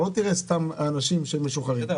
אתה לא תראה סתם אנשים משוחררים.